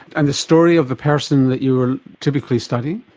and the story of the person that you were typically studying?